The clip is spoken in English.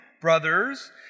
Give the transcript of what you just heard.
brothers